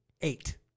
eight